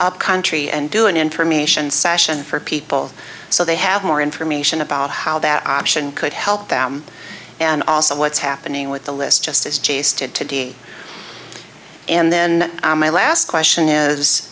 up country and do an information session for people so they have more information about how that option could help them and also what's happening with the list just as chase did today and then my last question is